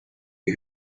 you